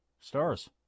Stars